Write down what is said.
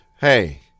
Hey